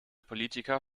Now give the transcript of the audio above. politiker